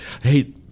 hey